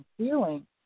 feeling